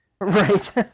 Right